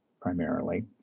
primarily